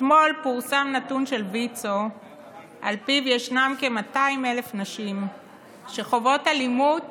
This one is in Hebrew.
אתמול פורסם נתון של ויצו שעל פיו ישנן כ-200,000 נשים שחוות אלימות